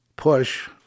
push